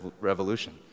revolution